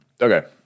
okay